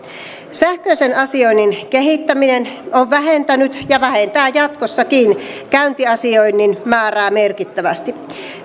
sähköisen asioinnin kehittäminen on vähentänyt ja vähentää jatkossakin käyntiasioinnin määrää merkittävästi